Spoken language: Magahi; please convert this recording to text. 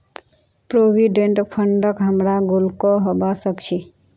प्रोविडेंट फंडक हमरा गुल्लको कहबा सखछी